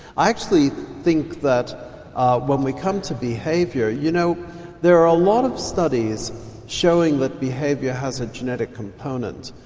i actually think that when we come to behaviour you know there are a lot of studies showing that behaviour has a genetic component,